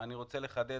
אני רוצה לחדד.